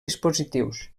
dispositius